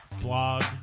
blog